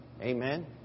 Amen